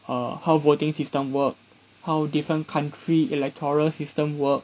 uh how voting system work how different country electoral system work